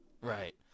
Right